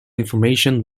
information